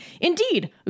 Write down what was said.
Indeed